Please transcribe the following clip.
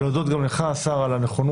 אני רוצה להודות גם לך, השר, על הנכונות.